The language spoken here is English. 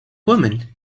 woman